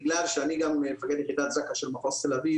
בגלל שאני גם מפקד יחידת זק"א של מחוז תל אביב,